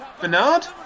Bernard